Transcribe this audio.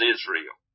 Israel